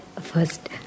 first